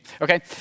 Okay